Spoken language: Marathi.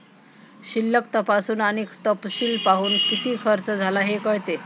शिल्लक तपासून आणि तपशील पाहून, किती खर्च झाला हे कळते